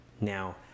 Now